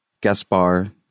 Gaspar